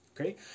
okay